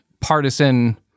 partisan